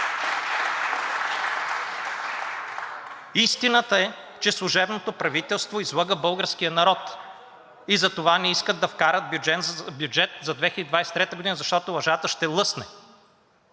Истината е, че служебното правителство излъга българския народ и затова не искат да вкарат бюджет за 2023 г., защото лъжата ще лъсне,